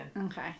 Okay